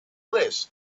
list